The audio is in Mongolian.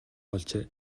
болжээ